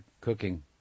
cooking